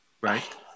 Right